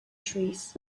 trees